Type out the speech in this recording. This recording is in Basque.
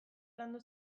landu